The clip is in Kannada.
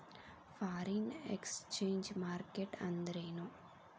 ಫಾರಿನ್ ಎಕ್ಸ್ಚೆಂಜ್ ಮಾರ್ಕೆಟ್ ಅಂದ್ರೇನು?